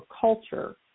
culture